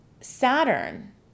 Saturn